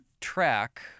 track